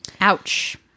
Ouch